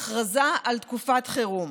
הכרזה על תקופת חירום,